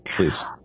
please